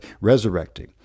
resurrecting